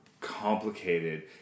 complicated